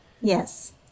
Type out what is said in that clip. Yes